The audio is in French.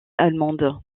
allemande